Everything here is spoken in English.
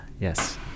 yes